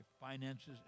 finances